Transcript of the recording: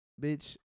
Bitch